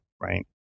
right